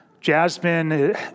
Jasmine